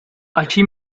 així